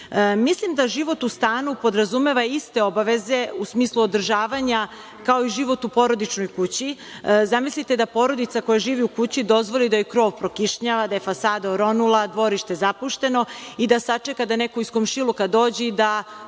žive. Mislim da život u stanu podrazumeva iste obaveze, u smislu održavanja, kao i život u porodičnoj kući. Zamislite da porodica koja živi u kući dozvoli da joj krov prokišnjava, da joj fasada oronula, da je dvorište zapušteno i da sačeka da neko iz komšiluka dođe i da